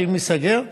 אם ייסגר,